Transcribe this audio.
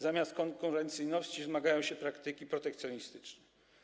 Zamiast konwencyjności wzmagają się praktyki protekcjonistyczne.